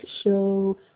Show